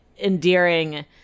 endearing